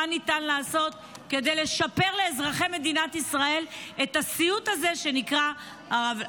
ניתן לעשות כדי לשפר לאזרחי מדינת ישראל את הסיוט הזה שנקרא המרב"ד.